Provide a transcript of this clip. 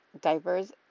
diapers